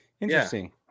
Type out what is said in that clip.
Interesting